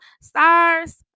stars